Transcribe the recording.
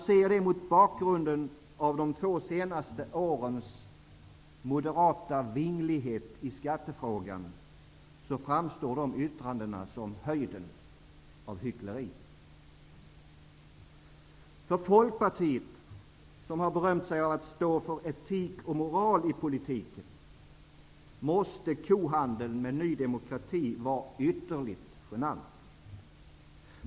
Sett mot bakgrund av de två senaste årens moderata vinglighet i skattefrågan framstår detta yttrande som höjden av hyckleri. För Folkpartiet, som har berömt sig av att stå för etik och moral i politiken, måste kohandeln med Ny demokrati vara ytterligt genant.